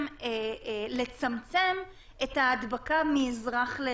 לצמצם את ההדבקה מאזרח לאזרח.